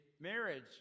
Marriage